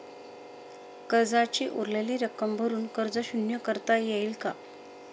कर्जाची उरलेली रक्कम भरून कर्ज शून्य करता येईल का?